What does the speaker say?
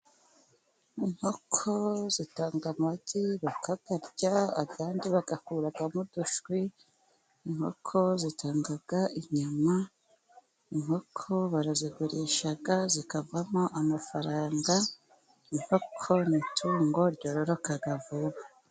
Inkoko zitanga amagi bakayarya ayandi bayakuramo udushwi, inkoko zitanga inyama, inkoko barazigurisha, zikavamo amafaranga, inkoko n'itungo ryororoka vuba.